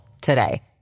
today